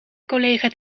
collega